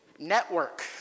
Network